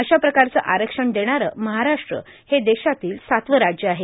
अशाप्रकारचं आरक्षण देणारं महाराष्ट्र हे देशातील सातवं राज्य आहे